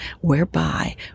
whereby